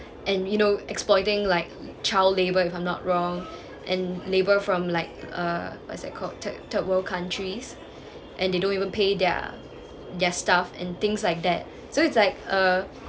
and you know exploiting like child labour if I'm not wrong and labour from like uh what's that called third third world countries and they don't even pay their their staff and things like that so it's like uh